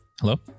Hello